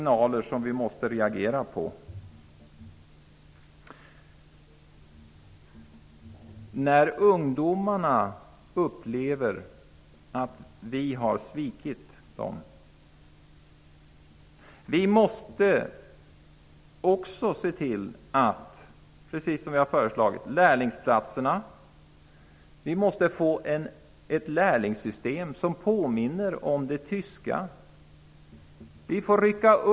När ungdomarna upplever att vi har svikit dem måste vi reagera på deras signaler. När det gäller lärlingsplatserna måste vi se till att få ett lärlingssystem som påminner om det tyska, precis som vi föreslagit.